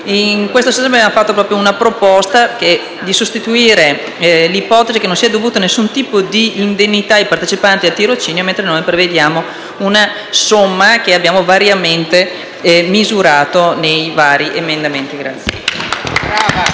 In questo senso, abbiamo fatto una proposta di sostituire l'ipotesi che non sia dovuto alcun tipo di indennità ai partecipanti al tirocinio con l'erogazione di una somma, che abbiamo variamente misurato nei vari emendamenti.